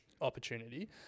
opportunity